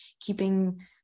keeping